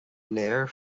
léir